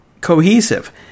cohesive